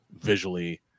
visually